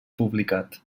publicat